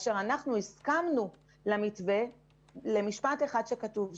אנחנו הסכמנו למשפט אחד שכתוב במתווה: